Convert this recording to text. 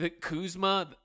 Kuzma